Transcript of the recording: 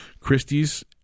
Christie's